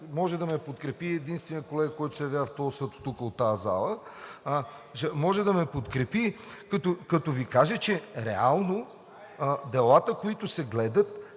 може да ме подкрепи единственият колега, който се явява в този съд тук от тази зала, може да ме подкрепи, като Ви каже, че реално делата, които се гледат,